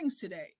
today